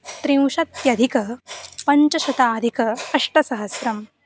त्रिंशत्यधिक पञ्चशताधिक अष्टसहस्रम्